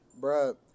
Bruh